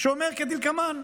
שאומר כדלקמן,